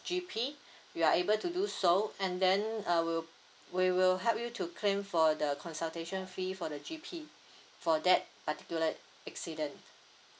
G_P you are able to do so and then err we'll we will help you to claim for the consultation fee for the G_P for that particuler accident